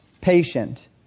patient